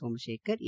Somashekar A